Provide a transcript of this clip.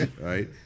right